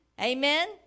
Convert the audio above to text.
Amen